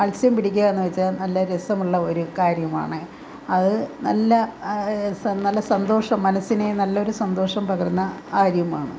മൽസ്യം പിടിക്കുക എന്ന് വച്ചാൽ നല്ല രസമുള്ള ഒരു കാര്യമാണ് അത് നല്ല നല്ല സന്തോഷം മനസ്സിന് നല്ല ഒരു സന്തോഷം പകരുന്ന കാര്യമാണ്